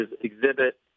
exhibit